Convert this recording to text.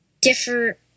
differ